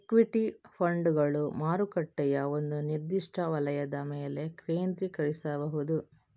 equity ಫಂಡುಗಳು ಮಾರುಕಟ್ಟೆಯ ಒಂದು ನಿರ್ದಿಷ್ಟ ವಲಯದ ಮೇಲೆ ಕೇಂದ್ರೀಕರಿಸಬಹುದು